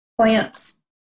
plants